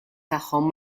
tagħhom